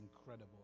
incredible